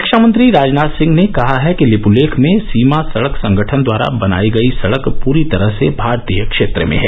रक्षा मंत्री राजनाथ सिंह ने कहा है कि लिप्लेख में सीमा सड़क संगठन द्वारा बनाई गई सड़क पूरी तरह से भारतीय क्षेत्र में है